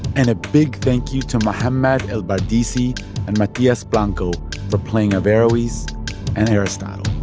and a big thank-you to mohamed el-bardisi and matthias blanco for playing averroes and aristotle.